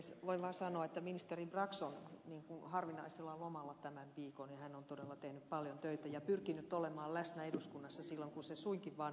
voin vaan sanoa että ministeri brax on harvinaisella lomalla tämän viikon ja hän on todella tehnyt paljon töitä ja pyrkinyt olemaan läsnä eduskunnassa silloin kun se suinkin vaan on mahdollista